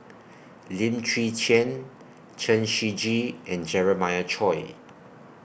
Lim Chwee Chian Chen Shiji and Jeremiah Choy